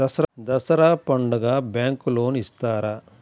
దసరా పండుగ bank loan ఇస్తారా?